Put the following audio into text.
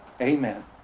Amen